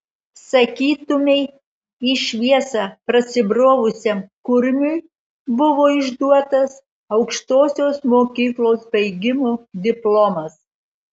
sakytumei į šviesą prasibrovusiam kurmiui buvo išduotas aukštosios mokyklos baigimo diplomas